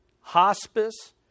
hospice